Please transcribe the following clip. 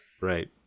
right